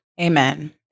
Amen